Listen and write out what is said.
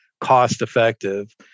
cost-effective